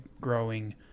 growing